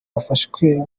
bafashwe